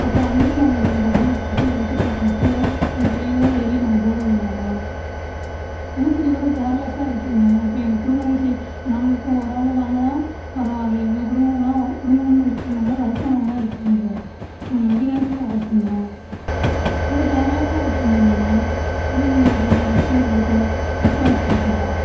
அப்புறம் அங்குட்டு நாங்கள் வேறு பஸ்சை பஸ்சை பிடிச்சி பஸ்ஸோ இல்லை டிரெயினோ ஏறி நாங்கள் போக வேண்ணாமா என்ன சார் இவ்வளோ கேர்லெஸாக இருக்கிங்க இப்போ எங்கள் குடும்பமும் நாங்கள் ஒரு ஆள் நாங்கனால் பரவாயில்ல எங்கள் குடும்பமும் குடும்பமும் இருக்கிறனால வயதானவங்கலாம் இருக்காங்க சார் உங்களை நம்பிதானே சார் வர சொன்னோம் இவ்வளோ கேர்லெஸாக இருக்கிங்க நீங்கள் இதே நீங்கள் கஸ்டமருக்கு கொடுக்குற ரெஸ்பான்சிபிலிட்டியா